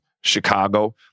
Chicago